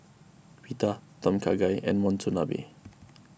Pita Tom Kha Gai and Monsunabe